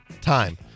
time